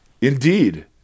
Indeed